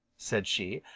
said she,